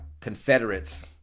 Confederates